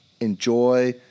Enjoy